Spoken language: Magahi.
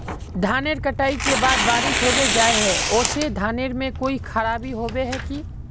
धानेर कटाई के बाद बारिश होबे जाए है ओ से धानेर में कोई खराबी होबे है की?